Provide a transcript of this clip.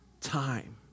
time